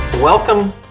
Welcome